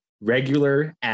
regular